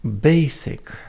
basic